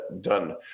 done